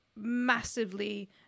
massively